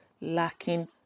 lacking